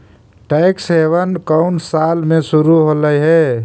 Tax haven कउन साल में शुरू होलई हे?